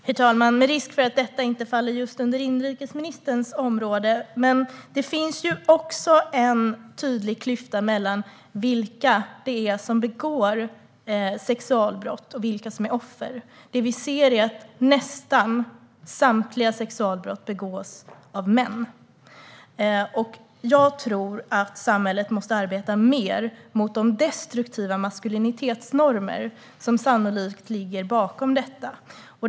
Herr talman! Med risk för att detta inte faller inom just inrikesministerns område vill jag säga att det även finns en tydlig klyfta mellan dem som begår sexualbrott och dem som är offer. Det vi ser är att nästan samtliga sexualbrott begås av män. Jag tror att samhället måste arbeta mer mot de destruktiva maskulinitetsnormer som sannolikt ligger bakom detta.